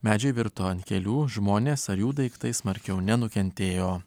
medžiai virto ant kelių žmonės ar jų daiktai smarkiau nenukentėjo